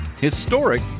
historic